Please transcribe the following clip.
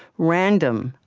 random,